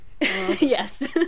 Yes